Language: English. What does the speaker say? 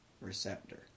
receptor